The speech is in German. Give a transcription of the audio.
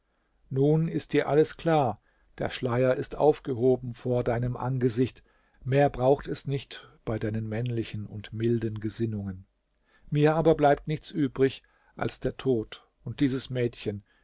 nun ist dir alles klar der schleier ist aufgehoben vor deinem angesicht mehr braucht es nicht bei deinen männlichen und milden gesinnungen mir aber bleibt nichts übrig als der tod und dieses mädchen